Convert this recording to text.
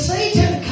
Satan